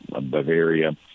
Bavaria